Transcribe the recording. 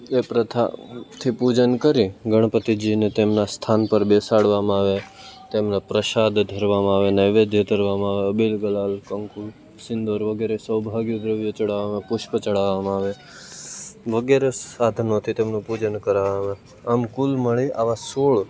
એ પ્રથાથી પૂજન કરી ગણપતિજીને તેમના સ્થાન પર બેસાડવામાં આવે પહેલા પ્રસાદ ધરવામાં આવે નૈવૈદ્ય ધરવામાં આવે અબીલ ગુલાલ કંકુ સિંદૂર વગેરે સૌભાગ્ય દ્રવ્યો ચડાવવામાં પુષ્પ ચડાવવામાં આવે વગેરે સાધનોથી તેમનું પૂજન કરાવવામાં આવે આમ કુલ મળી આવા સોળ